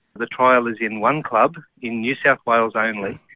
the trial is in one club in new south wales only,